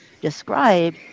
describe